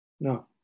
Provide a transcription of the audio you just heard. No